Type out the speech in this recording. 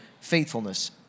faithfulness